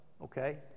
okay